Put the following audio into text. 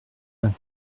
vingt